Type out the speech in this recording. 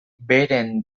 beren